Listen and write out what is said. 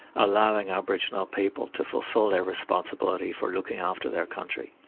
allowing aboriginal people to fulfil their responsibilities for looking after their country.